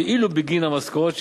ואילו בגין המשכורת,